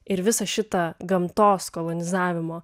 ir visą šitą gamtos kolonizavimo